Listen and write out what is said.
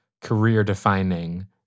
career-defining